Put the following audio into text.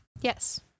Yes